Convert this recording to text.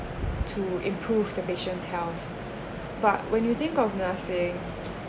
to improve the patients' health but when you think of nursing